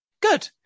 Good